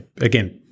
again